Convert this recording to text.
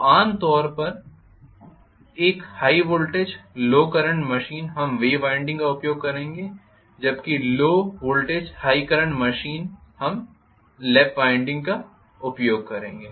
तो आम तौर पर एक high voltage low current machine हम वेव वाइंडिंग का उपयोग करेंगे जबकि low voltage high current machine हम लैप वाइंडिंग का उपयोग करेंगे